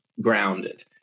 grounded